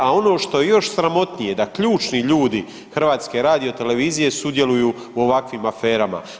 A ono što je još sramotnije da ključni ljudi HRT-a sudjeluju u ovakvim aferama.